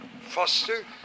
foster